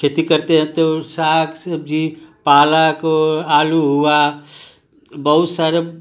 खेती करते हैं तो साग सब्जी पालक वो आलू हुआ बहुत सारे